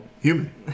human